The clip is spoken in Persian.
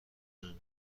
اون